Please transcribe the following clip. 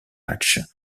matchs